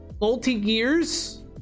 multi-gears